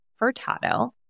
Furtado